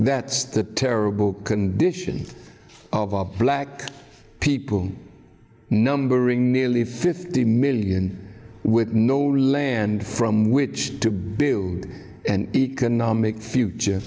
that the terrible condition of black people numbering nearly fifty million with no land from which to build an economic future